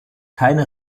keine